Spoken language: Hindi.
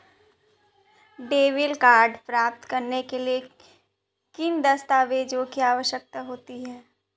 डेबिट कार्ड प्राप्त करने के लिए किन दस्तावेज़ों की आवश्यकता होती है?